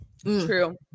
True